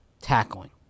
tackling